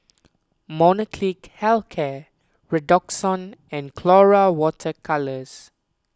Molnylcke hell care Redoxon and Colora Water Colours